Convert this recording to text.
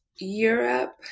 Europe